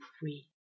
free